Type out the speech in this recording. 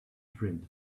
print